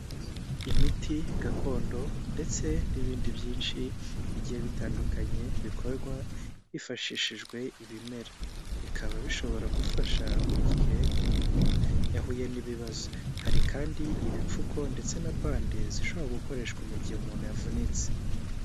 Imiti gakondo ndetse n'ibindi byinshi bigiye bitandukanye bikorwa hifashishijwe ibimera bikaba bishobora gufasha mu gihe umuntu yahuye n'ibibazo hari kandi ibipfuko ndetse na bande zishobora gukoreshwa mu gihe umuntu yavunitse.